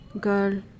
girl